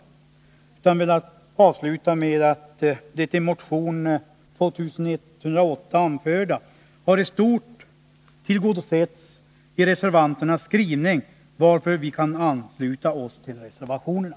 Därför vill jag sluta med att säga att det i motion 2108 anförda i stort har tillgodosetts i reservanternas skrivning, varför vi kan ansluta oss till reservationerna.